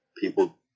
people